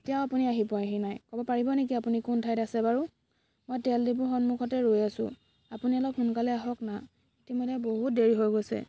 এতিয়াও আপুনি আহি পোৱাহি নাই ক'ব পাৰিব নেকি আপুনি কোন ঠাইত আছে বাৰু মই তেল ডিপুৰ সন্মুখতে ৰৈ আছোঁ আপুনি অলপ সোনকালে আহক না ইতিমধ্য়ে বহুত দেৰি হৈ গৈছে